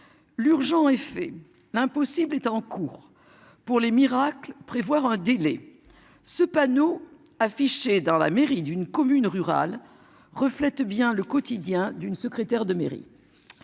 L'urgent et fait l'impossible est en cours pour les miracles prévoir un délai ce panneau affichés dans la mairie d'une commune rurale reflète bien le quotidien d'une secrétaire de mairie.